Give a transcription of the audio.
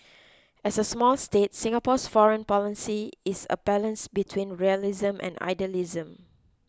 as a small state Singapore's foreign policy is a balance between realism and idealism